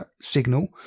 signal